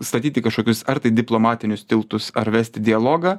statyti kašokius ar tai diplomatinius tiltus ar vesti dialogą